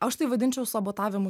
aš tai vadinčiau sabotavimu